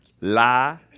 lie